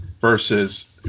versus